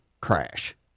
crash